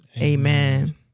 Amen